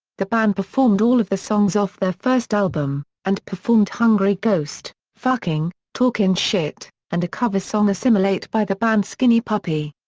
the band performed all of the songs off their first album, and performed hungry ghost, fucking, talkin' shit, and a cover song assimilate by the band skinny puppy.